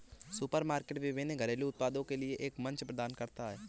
supermarket विभिन्न घरेलू उत्पादों के लिए एक मंच प्रदान करता है